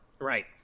Right